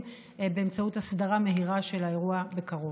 באמצעות הסדרה מהירה של האירוע בקרוב.